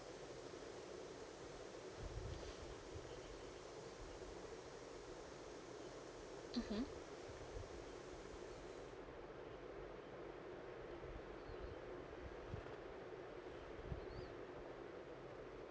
mmhmm